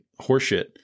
horseshit